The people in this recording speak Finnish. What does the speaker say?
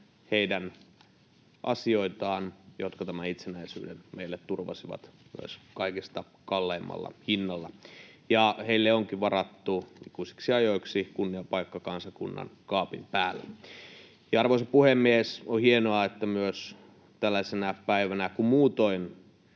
heidän asioitaan, jotka tämän itsenäisyyden meille turvasivat myös kaikista kalleimmalla hinnalla. Heille onkin varattu ikuisiksi ajoiksi kunniapaikka kansakunnan kaapin päällä. Arvoisa puhemies! On hienoa, että myös tällaisena päivänä, kun muutoin